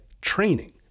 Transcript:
training